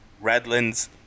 Redlands